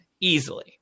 easily